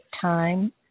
time